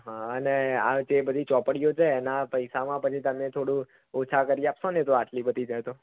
અને આ જે બધી ચોપડીઓ છે એના પૈસામાં તમે થોડું ઓછા કરી આપશોને આટલી બધી છે તો